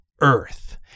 Earth